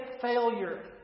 failure